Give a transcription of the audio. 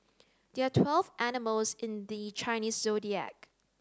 there are twelve animals in the Chinese Zodiac